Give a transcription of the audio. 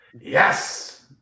Yes